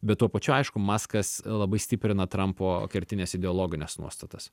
bet tuo pačiu aišku maskas labai stiprina trampo kertines ideologines nuostatas